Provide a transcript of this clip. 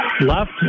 left